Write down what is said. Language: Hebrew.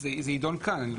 זה ידון כאן.